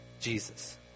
Jesus